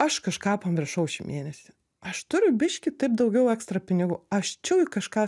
aš kažką pamiršau šį mėnesį aš turiu biškį taip daugiau ekstra pinigų aš čiauju kažką